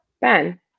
Ben